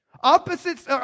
Opposites